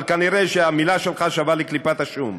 אבל כנראה שהמילה שלך שווה לקליפת השום.